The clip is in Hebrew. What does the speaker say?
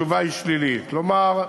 כלומר,